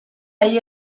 ahí